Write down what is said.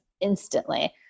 instantly